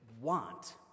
want